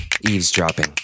eavesdropping